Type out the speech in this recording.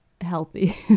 healthy